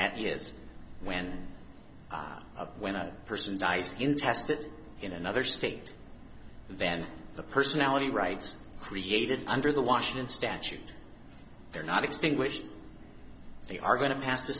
that is when when a person dies in tested in another state then the personality rights created under the washington statute they're not extinguished they are going to pass t